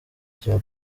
cya